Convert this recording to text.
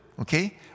Okay